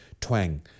twang